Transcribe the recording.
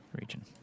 region